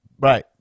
Right